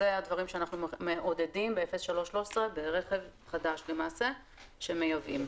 אלה הדברים שאנחנו מעודדים ב-03-13 ברכב חדש למעשה,